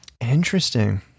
Interesting